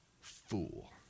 fool